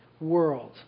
world